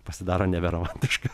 pasidaro neberomantiška